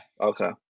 Okay